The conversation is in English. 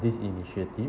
this initiative